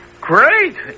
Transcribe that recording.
great